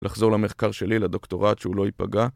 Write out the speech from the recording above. לחזור למחקר שלי לדוקטורט שהוא לא ייפגע